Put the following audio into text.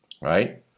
right